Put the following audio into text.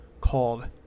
called